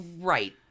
right